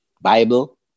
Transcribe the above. Bible